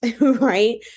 right